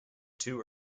two